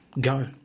go